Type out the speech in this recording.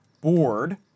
board